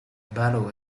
barrow